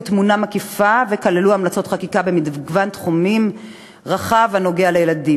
תמונה מקיפה וכללו המלצות חקיקה במגוון תחומים רחב הנוגע לילדים,